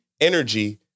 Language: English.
energy